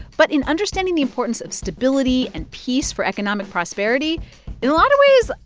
but in understanding the importance of stability and peace for economic prosperity in a lot of ways,